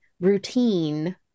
routine